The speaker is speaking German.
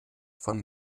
von